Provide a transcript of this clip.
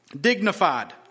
Dignified